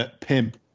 pimp